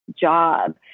job